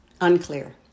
Unclear